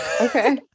okay